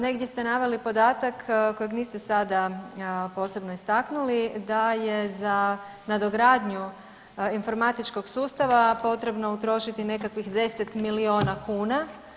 Negdje ste naveli podatak kojeg niste sada posebno istaknuli da je za nadogradnju informatičkog sustava potrebno utrošiti nekakvih 10 milijuna kuna.